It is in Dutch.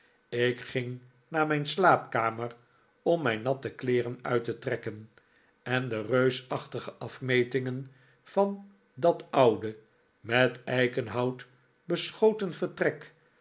ik ging naar mijn slaapkamer om mijn natte kleeren uit te trekken en de reusachtige afmetingen van dat oude met eikenhout beschoten vertrek